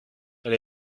elle